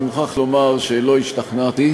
אני מוכרח לומר שלא השתכנעתי.